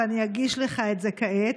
ואני אגיש לך את זה כעת,